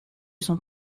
sont